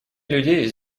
людей